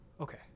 Okay